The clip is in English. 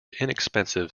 inexpensive